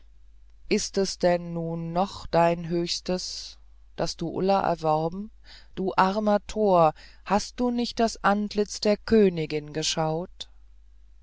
ist es denn nun noch dein höchstes daß du ulla erworben du armer tor hast du nicht das antlitz der königin geschaut